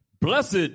Blessed